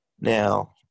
Now